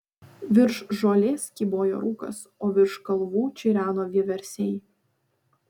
virš žolės kybojo rūkas o virš kalvų čireno vieversiai